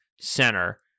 center